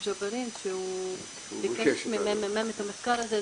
ג'בארין שהוא ביקש מהממ"מ את המחקר הזה,